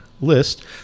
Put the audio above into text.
list